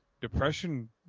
depression